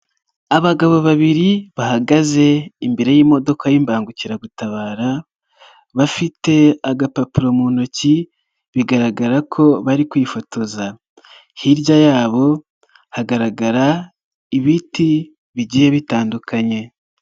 Abagabo babiri bahagaze imbere y'imodoka y'imbangukiragutabara, bafite agapapuro mu ntoki, bigaragara ko bari kwifotoza. Hirya yabo hagaragara ibiti bigiye bitandukanye.